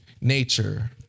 nature